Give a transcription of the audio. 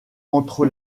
entre